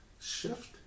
shift